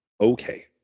okay